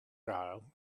gael